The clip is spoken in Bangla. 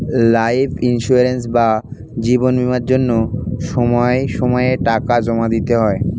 লাইফ ইন্সিওরেন্স বা জীবন বীমার জন্য সময় সময়ে টাকা জমা দিতে হয়